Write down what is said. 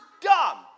dumb